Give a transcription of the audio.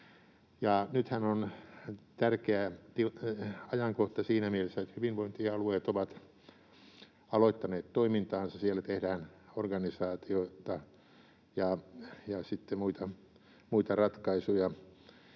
Nythän on tärkeä ajankohta siinä mielessä, että hyvinvointialueet ovat aloittaneet toimintaansa, siellä tehdään organisaatiota ja sitten muita ratkaisuja,